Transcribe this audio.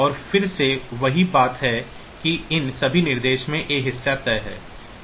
और फिर से वही बात है कि इन सभी निर्देशों में A हिस्सा तय है